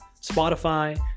Spotify